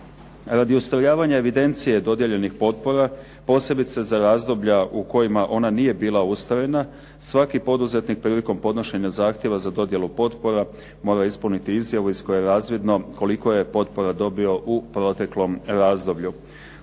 Radi ustrojavanja evidencije dodijeljenih potpora, posebice za razdoblja u kojima ona nije bila ustrojena, svaki poduzetnik prilikom podnošenja zahtjeva za dodjelu potpora mora ispuniti izjavu iz koje je razvidno koliko je potpora dobio u proteklom razdoblju.